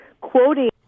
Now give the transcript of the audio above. quoting